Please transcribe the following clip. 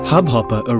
Hubhopper